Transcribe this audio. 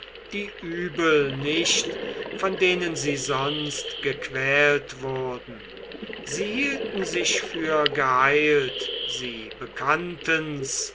die übel nicht von denen sie sonst gequält wurden sie hielten sich für geheilt sie bekannten's